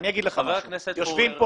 יושבים פה